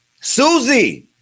Susie